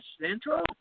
Central